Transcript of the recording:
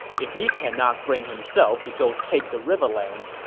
if he cannot bring himself to go take the riverlands,